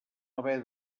haver